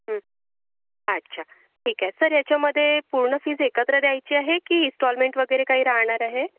हं अच्छा ठीक आहे सर याच्यामध्ये पूर्ण फीस एकत्र द्यायची आहे की इन्स्टॉलमेंट वगैरे काही राहणार आहे